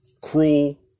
cruel